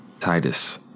Titus